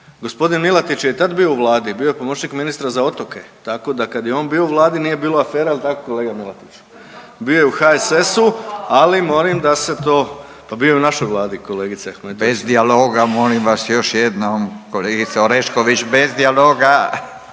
Gospodin Milatić je i tad bio u vladi, bio je pomoćnik ministra za otoke. Tako da kad je on bio u vladi nije bilo afera. Jel tako kolega Milatić? Bio je u HSS, ali molim da se to, pa bio je u našoj vladi kolegice Ahmetović. …/Upadica: Bez dijaloga molim vas još jednom, kolegice Orešković bez dijaloga,